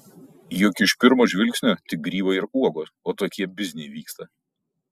juk iš pirmo žvilgsnio tik grybai ir uogos o tokie bizniai vyksta